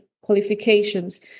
qualifications